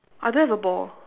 I don't have a ball